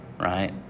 Right